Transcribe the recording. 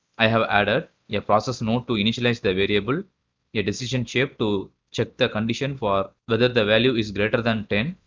i have added yeah a process node to initialize the variable, yeah a decision chip to check the condition for whether the the value is greater than ten,